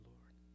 Lord